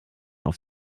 auf